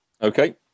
Okay